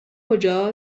کجا